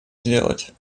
сделать